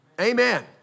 Amen